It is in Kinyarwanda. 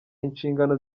inshingano